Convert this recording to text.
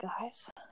guys